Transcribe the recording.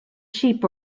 sheep